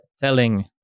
telling